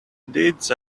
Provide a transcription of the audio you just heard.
deeds